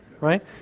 right